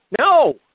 no